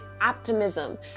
optimism